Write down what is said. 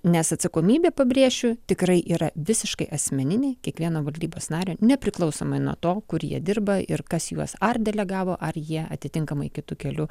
nes atsakomybė pabrėšiu tikrai yra visiškai asmeninė kiekvieno valdybos nario nepriklausomai nuo to kur jie dirba ir kas juos ar delegavo ar jie atitinkamai kitu keliu